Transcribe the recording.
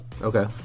okay